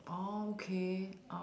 orh okay orh